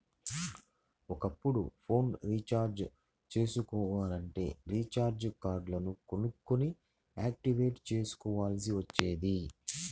ఒకప్పుడు phone recharge చేసుకోవాలంటే recharge కార్డులు కొనుక్కొని యాక్టివేట్ చేసుకోవాల్సి వచ్చేది